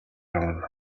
авна